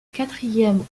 quatrième